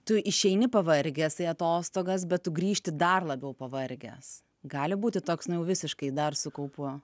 tu išeini pavargęs į atostogas bet tu grįžti dar labiau pavargęs gali būti toks nu jau visiškai dar su kaupu